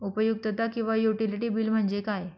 उपयुक्तता किंवा utility bill म्हणजे काय?